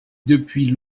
depuis